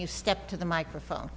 you step to the microphone